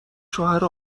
شوهر